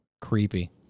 Creepy